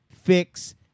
fix